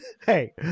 Hey